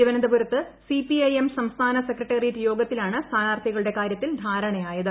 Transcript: തിരുവനന്തപുരത്ത് C P I M സംസ്ഥാന secretariat യോഗത്തിലാണ് സ്ഥാനാർത്ഥികളുടെ കാര്യത്തിൽ ധാരണയായത്